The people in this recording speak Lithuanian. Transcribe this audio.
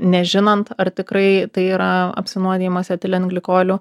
nežinant ar tikrai tai yra apsinuodijimas etilenglikoliu